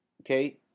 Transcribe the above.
okay